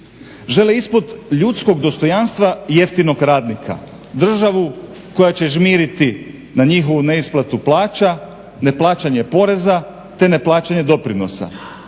Žele ispod ljudskog dostojanstva jeftinog radnika, državu koja će žmiriti na njihovu neisplatu plaća, neplaćanje poreza te neplaćanje doprinosa,